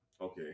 Okay